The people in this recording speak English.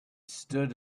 stood